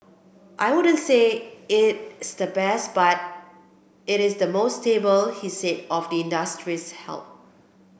I wouldn't say it's the best but it is the most stable he said of the industry's health